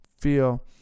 feel